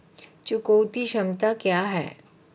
चुकौती क्षमता क्या है?